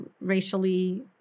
racially